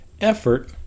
effort